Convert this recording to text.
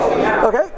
Okay